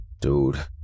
Dude